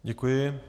Děkuji.